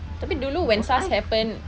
tapi dulu when SARS happened